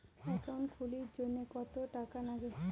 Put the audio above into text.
Account খুলির জন্যে কত টাকা নাগে?